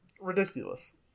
Ridiculous